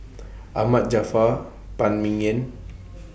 Ahmad Jaafar Phan Ming Yen